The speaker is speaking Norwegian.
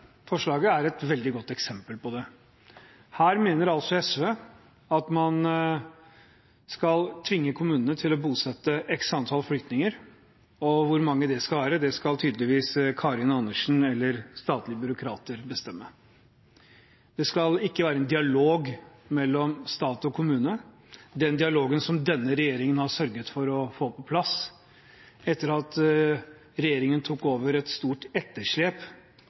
forslaget er et veldig godt eksempel på det. Her mener altså SV at man skal tvinge kommunene til å bosette x antall flyktninger. Hvor mange det skal være, skal tydeligvis Karin Andersen eller statlige byråkrater bestemme. Det skal ikke være en dialog mellom stat og kommune – den dialogen som denne regjeringen har sørget for å få på plass etter at den tok over et stort etterslep